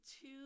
two